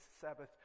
Sabbath